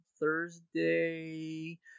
Thursday